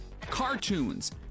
cartoons